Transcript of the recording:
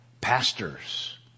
Pastors